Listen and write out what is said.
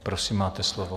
Prosím, máte slovo.